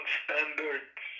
standards